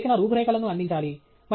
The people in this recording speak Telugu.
మనము చేసిన రూపురేఖలను అందించాలి